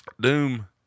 doom